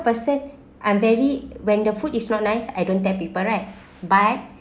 person I'm barely when the food is not nice I don't tell people right but